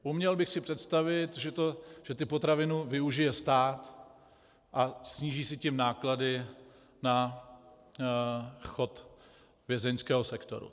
Uměl bych si představit, že ty potraviny využije stát a sníží si tím náklady na chod vězeňského sektoru.